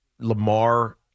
Lamar